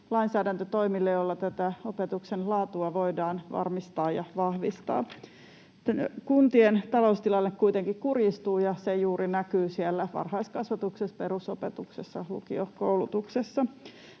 lainsäädäntötoimille, joilla tätä opetuksen laatua voidaan varmistaa ja vahvistaa. Kuntien taloustilanne kuitenkin kurjistuu, ja se juuri näkyy siellä varhaiskasvatuksessa, perusopetuksessa ja lukiokoulutuksessa.